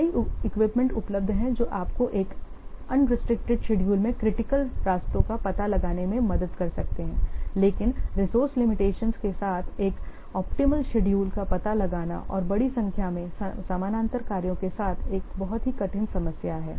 कई इक्विपमेंट उपलब्ध हैं जो आपको एक अनरिस्ट्रिक्टेड शेड्यूल में क्रिटिकल रास्तों का पता लगाने में मदद कर सकते हैं लेकिन रिसोर्से लिमिटेशंस के साथ एक ऑप्टिमल शेडूल का पता लगाना और बड़ी संख्या में समानांतर कार्यों के साथ एक बहुत ही कठिन समस्या है